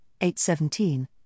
817